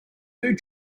food